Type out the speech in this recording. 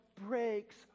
breaks